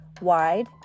wide